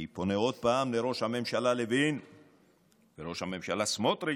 אני פונה עוד פעם לראש הממשלה לוין וראש הממשלה סמוטריץ',